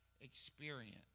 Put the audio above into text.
experience